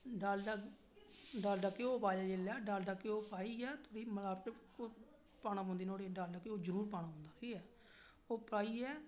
डालडा डालडा घ्यो पाया जेल्लेैडालडा घ्यो पाइयै थोहडी मिलावट पाना पोंदी नुआढ़े च डालडा घ्यो जरुर पाना होंदा ठीक ऐ ओह् पाइयै